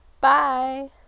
bye